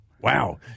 Wow